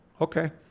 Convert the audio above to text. Okay